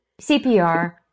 CPR